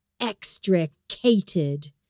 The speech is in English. extricated